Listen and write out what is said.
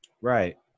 Right